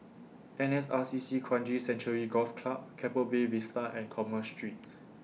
N S R C C Kranji Sanctuary Golf Club Keppel Bay Vista and Commerce Street